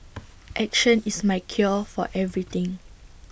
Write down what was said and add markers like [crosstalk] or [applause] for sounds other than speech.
[noise] action is my cure for [noise] everything